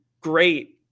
great